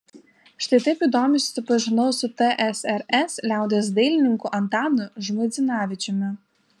štai taip įdomiai susipažinau su tsrs liaudies dailininku antanu žmuidzinavičiumi